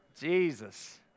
Jesus